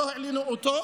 שלא העלינו אותו,